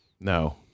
No